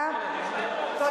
חנא סוייד.